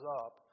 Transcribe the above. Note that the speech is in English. up